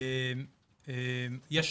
מבחינת הפרוצדורה אדוני היושב-ראש,